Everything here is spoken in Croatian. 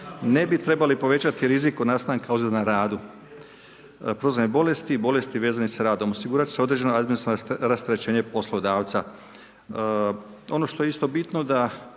ne bi trebali povećati rizik od nastanka ozljeda na radu, profesionalne bolesti, bolesti vezanih sa radom. Osigurat će se određeno administrativno rasterećenje poslodavca. Ono što je isto bitno da